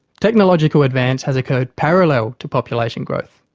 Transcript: technological advance has occurred parallel to population growth,